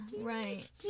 right